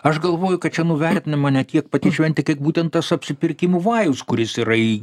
aš galvoju kad čia nuvertinama ne tiek pati šventė kaip būtent tas apsipirkimų vajus kuris yra į